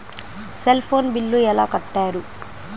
Cell phone bill ఎలా కట్టారు?